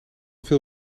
veel